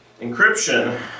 encryption